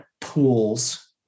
pools